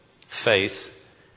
faith